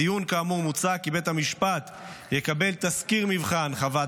בדיון כאמור מוצע כי בית המשפט יקבל תסקיר מבחן וחוות